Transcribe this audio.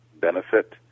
benefit